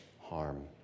harm